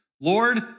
Lord